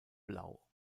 blau